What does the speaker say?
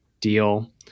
deal